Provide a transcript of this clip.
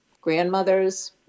grandmothers